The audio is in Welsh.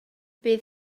bydd